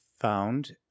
found